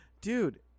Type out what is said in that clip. dude